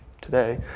today